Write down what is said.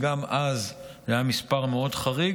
וגם אז זה היה מספר מאוד חריג,